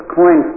coin